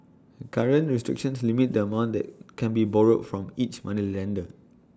current restrictions limit the amount that can be borrowed from each moneylender